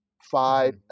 five